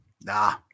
Nah